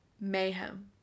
mayhem